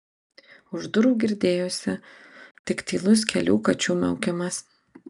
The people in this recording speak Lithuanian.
už durų girdėjosi tik tylus kelių kačių miaukimas